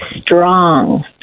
strong